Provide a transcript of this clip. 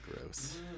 Gross